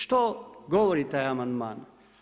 Što govori taj amandman?